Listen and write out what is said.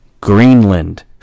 Greenland